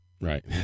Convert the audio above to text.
Right